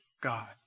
God